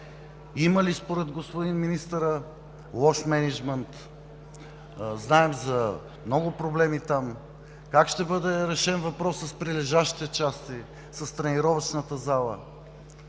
Има ли според господин министъра лош мениджмънт? Знаем за много проблеми там. Как ще бъде решен въпросът с прилежащите части, с тренировъчната зала?